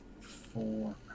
four